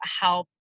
help